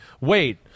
wait